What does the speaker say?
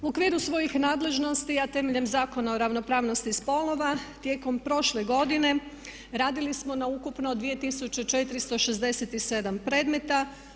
U okviru svojih nadležnosti, a temeljem Zakona o ravnopravnosti spolova tijekom prošle godine radili smo na ukupno 2467 predmeta.